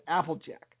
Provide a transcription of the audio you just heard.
Applejack